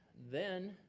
then,